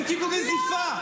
הם קיבלו נזיפה.